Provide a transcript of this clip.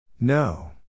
No